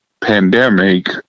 pandemic